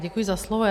Děkuji za slovo.